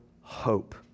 hope